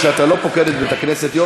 זה מכובד שאתה לא שומע דברי תורה?